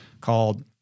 called